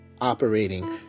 operating